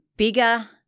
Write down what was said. bigger